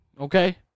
Okay